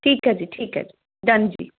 ਠੀਕ ਹੈ ਜੀ ਠੀਕ ਹੈ ਜੀ ਡਨ ਜੀ